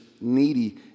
needy